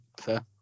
Fair